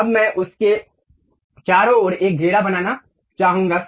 अब मैं उसके चारों ओर एक घेरा बनाना चाहूंगा